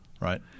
Right